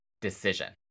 decision